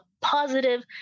positive